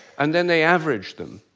and then they average them.